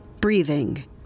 breathing